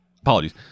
apologies –